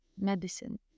medicine